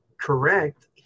correct